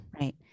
right